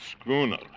schooner